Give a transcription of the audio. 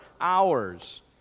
hours